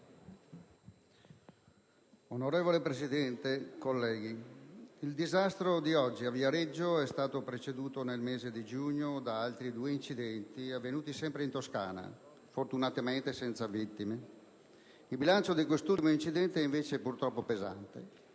Signor Presidente, colleghi, il disastro di oggi a Viareggio è stato preceduto nel mese di giugno da altri due incidenti avvenuti sempre in Toscana, fortunatamente senza vittime. Il bilancio di quest'ultimo incidente è invece, purtroppo, pesante: